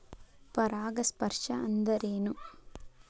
ಪರಾಗಸ್ಪರ್ಶ ಅಂದರೇನು?